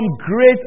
great